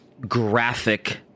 graphic